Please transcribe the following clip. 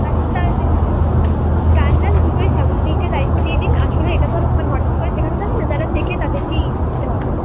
আচ্ছা তাহলে গান নাচ দুটোই শ্যামলীদিকে দায়িত্ব দিয়ে দিন আসলে এটা তো আর হঠাৎ করে শেখানো যাবে না যারা শেখে তাদেরকেই নিতে হবে